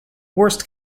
worst